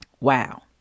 Wow